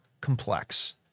complex